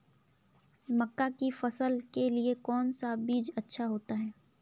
मक्का की फसल के लिए कौन सा बीज अच्छा होता है?